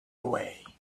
away